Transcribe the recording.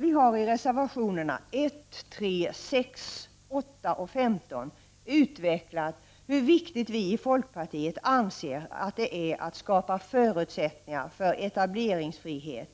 Vi har i reservationerna 1, 3, 6, 8 och 15 utvecklat hur viktigt vi i folkpartiet anser att det är att skapa förutsättningar för etableringsfrihet